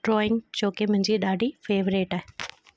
drawing जोकी मुंहिंजी ॾाढी फ़ेवरेट आहे